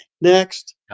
next